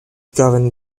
governed